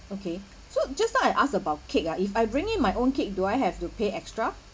okay so just now I ask about cake ah if I bring in my own cake do I have to pay extra